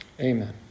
Amen